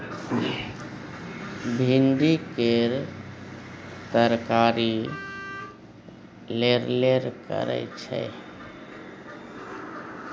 भिंडी केर तरकारी लेरलेर करय छै